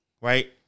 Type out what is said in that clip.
right